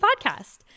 podcast